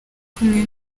kumwe